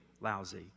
lousy